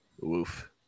Woof